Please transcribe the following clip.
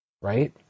right